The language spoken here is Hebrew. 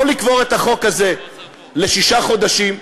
לא לקבור את החוק הזה לשישה חודשים,